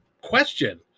question